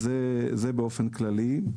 אז זה באופן כללי.